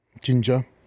Ginger